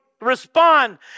respond